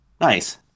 Nice